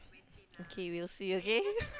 okay we'll see okay